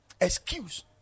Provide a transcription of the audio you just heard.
Excuse